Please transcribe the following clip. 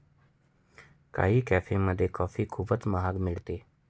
काही कॅफेमध्ये कॉफी खूपच महाग मिळते